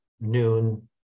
noon